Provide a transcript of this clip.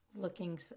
looking